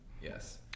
Yes